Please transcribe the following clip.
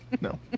No